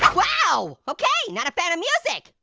whoa, okay, not a fan of music.